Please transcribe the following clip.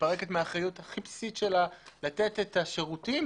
מתפרקת מהאחריות הכי בסיסית שלה לתת את השירותים